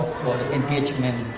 for the engagement?